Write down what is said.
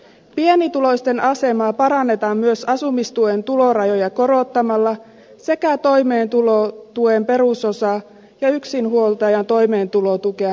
pienituloisten asemaa parannetaan myös asumistuen tulorajoja korottamalla sekä toimeentulotuen perusosaa ja yksinhuoltajan toimeentulotukea nostamalla